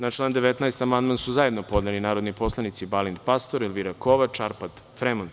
Na član 19. amandman su zajedno podneli narodni poslanici Balint Pastor, Elvira Kovač i Arpad Fremond.